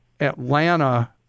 Atlanta